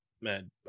man